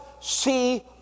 see